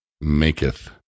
maketh